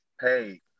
Hey